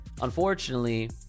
Unfortunately